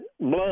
blood